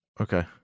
okay